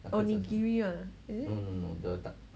onigiri ah is it